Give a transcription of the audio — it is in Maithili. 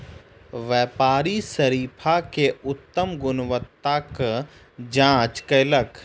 व्यापारी शरीफा के उत्तम गुणवत्ताक जांच कयलक